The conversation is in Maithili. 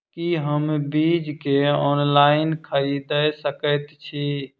की हम बीज केँ ऑनलाइन खरीदै सकैत छी?